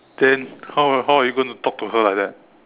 then how how are you going to talk to her like that